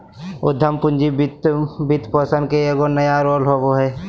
उद्यम पूंजी वित्तपोषण के एगो नया रूप होबा हइ